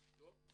טוב.